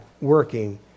working